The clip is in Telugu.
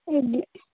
ఇడ్లీ